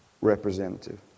representative